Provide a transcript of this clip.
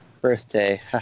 birthday